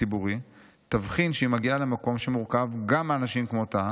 הציבורי תבחין שהיא מגיעה למקום שמורכב גם מאנשים כמותה,